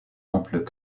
ample